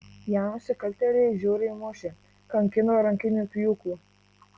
ją nusikaltėliai žiauriai mušė kankino rankiniu pjūklu